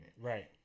Right